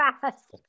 fast